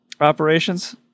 operations